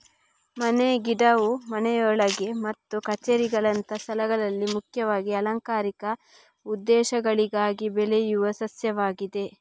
ಮನೆ ಗಿಡವು ಮನೆಯೊಳಗೆ ಮತ್ತು ಕಛೇರಿಗಳಂತಹ ಸ್ಥಳಗಳಲ್ಲಿ ಮುಖ್ಯವಾಗಿ ಅಲಂಕಾರಿಕ ಉದ್ದೇಶಗಳಿಗಾಗಿ ಬೆಳೆಯುವ ಸಸ್ಯವಾಗಿದೆ